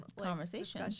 conversation